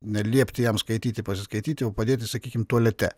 ne liepti jam skaityti pasiskaityti o padėti sakykim tualete